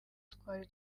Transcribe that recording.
twari